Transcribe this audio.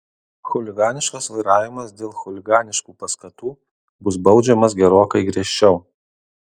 chuliganiškas vairavimas dėl chuliganiškų paskatų bus baudžiamas gerokai griežčiau